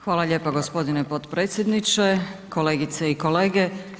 Hvala lijepo g. potpredsjedniče, kolegice i kolege.